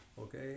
Okay